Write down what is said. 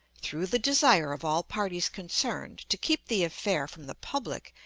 through the desire of all parties concerned, to keep the affair from the public,